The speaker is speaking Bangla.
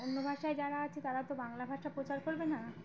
অন্য ভাষায় যারা আছে তারা তো বাংলা ভাষা প্রচার করবে না